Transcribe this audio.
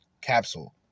capsule